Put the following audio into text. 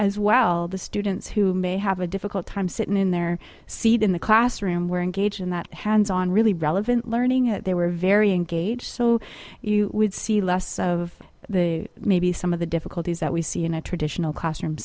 as well the students who may have a difficult time sitting in their seat in the classroom where engaged in that hands on really relevant learning it they were very engaged so you would see less of the maybe some of the difficulties that we see in a traditional classroom